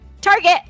Target